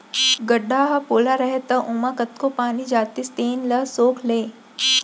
गड्ढ़ा ह पोला रहय त ओमा कतको पानी जातिस तेन ल सोख लय